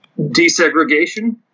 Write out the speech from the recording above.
desegregation